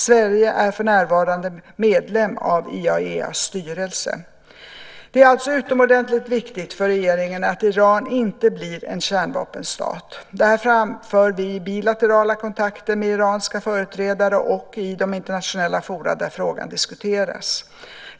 Sverige är för närvarande medlem av IAEA:s styrelse. Det är alltså utomordentligt viktigt för regeringen att Iran inte blir en kärnvapenstat. Detta framför vi i bilaterala kontakter med iranska företrädare och i de internationella forum där frågan diskuteras.